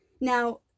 Now